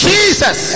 Jesus